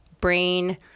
brain